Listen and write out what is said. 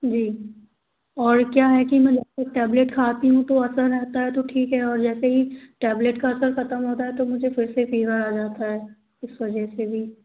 जी और क्या है कि मैं जब तक टैबलेट खाती हूँ तो असर रहता है तो ठीक है और जैसे ही टैबलेट का असर ख़त्म होता है तो मुझे फीवर आ जाता है इस वजह से भी